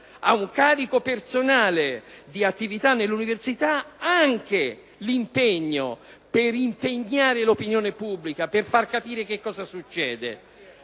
ad un carico personale di attivitanell’universita anche l’impegno per sollecitare l’opinione pubblica, per far capire che cosa succede.